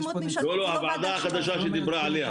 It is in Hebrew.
לא, לא, הוועדה החדשה שהיא דיברה עליה.